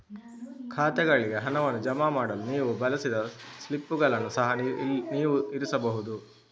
ಖಾತೆಗಳಿಗೆ ಹಣವನ್ನು ಜಮಾ ಮಾಡಲು ನೀವು ಬಳಸಿದ ಸ್ಲಿಪ್ಪುಗಳನ್ನು ಸಹ ನೀವು ಇರಿಸಬಹುದು